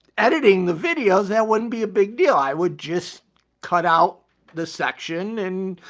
editing the videos, that wouldn't be a big deal, i would just cut out the section and,